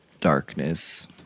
darkness